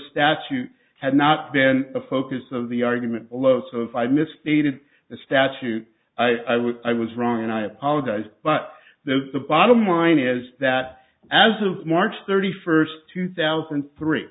statute had not been the focus of the argument below so if i missed speeded the statute i was i was wrong and i apologize but the the bottom line is that as of march thirty first two thousand and three